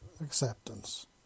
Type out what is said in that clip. Acceptance